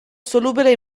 solubile